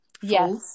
Yes